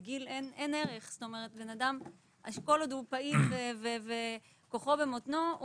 כל עוד האדם פעיל וכוחו במותנו,